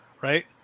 right